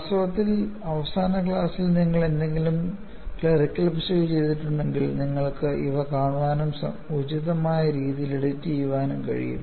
വാസ്തവത്തിൽ അവസാന ക്ലാസ്സിൽ നിങ്ങൾ എന്തെങ്കിലും ക്ലറിക്കൽ പിശക് ചെയ്തിട്ടുണ്ടെങ്കിൽ നിങ്ങൾക്ക് ഇവ കാണാനും ഉചിതമായ രീതിയിൽ എഡിറ്റുചെയ്യാനും കഴിയും